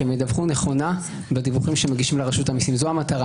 שהם ידווחו נכונה בדיווחים שהם מגישים לרשות המסים - זו המטרה.